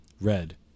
Red